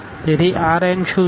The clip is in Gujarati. તેથી R n શું છે